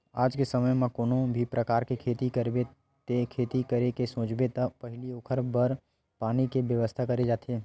आज के समे म कोनो भी परकार के खेती करबे ते खेती करे के सोचबे त पहिली ओखर बर पानी के बेवस्था करे जाथे